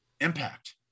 impact